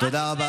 תודה רבה.